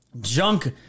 junk